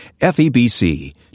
FEBC